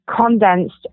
Condensed